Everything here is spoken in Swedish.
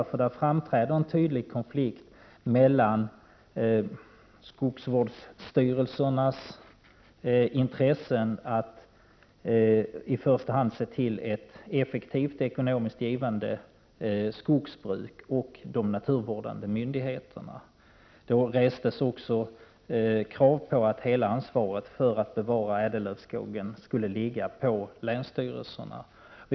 En tydlig konflikt framträder nämligen mellan skogsvårdsstyrelsens intressen — i första hand när det gäller ett effektivt och ekonomiskt givande skogsbruk — och de naturvårdande myndigheterna. Vidare har det rests krav på att hela ansvaret för en bevarad ädellövskog skall ligga på länsstyrelserna.